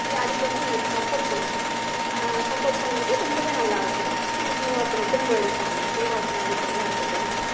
அதுக்கு வந்து எங்களுக்கு சப்போர்ட் பண்ணுவாங்க சப்போர்ட் பண்ணுறது ரொம்பவே நல்லா இருக்கும் நாங்கள் தீபார்த்தன திரும்ப எடுப்பாங்க தீபார்த்தன எடுக்கறதாக இருக்கட்டும்